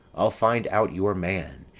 i'll find out your man,